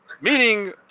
Meaning